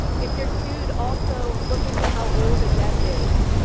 if you're sued, also look into how old a debt is,